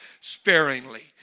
sparingly